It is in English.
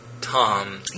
Tom